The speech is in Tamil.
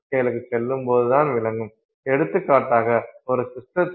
இப்போது தெர்மோடைனமிக்ஸ் நமக்கு வழங்கியதைப் பார்த்தால் இது இந்த ஃபேஸ் டையக்ரம் ஆகும்